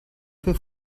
für